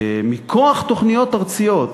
מכוח תוכניות ארציות,